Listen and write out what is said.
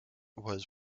was